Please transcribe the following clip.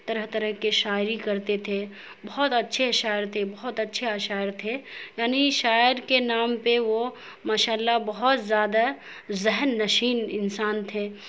طرح طرح کے شاعری کرتے تھے بہت اچھے شاعر تھے بہت اچھے شاعر تھے یعنی شاعر کے نام پہ وہ ماشاء اللہ بہت زیادہ ذہن نشین انسان تھے